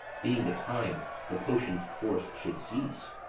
being the time the potion's force should cease.